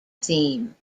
theme